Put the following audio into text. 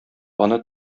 аны